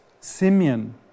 Simeon